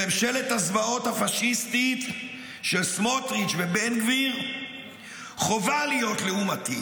לממשלת הזוועות הפשיסטית של סמוטריץ' ובן גביר חובה להיות לעומתי.